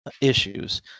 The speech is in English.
issues